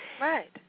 Right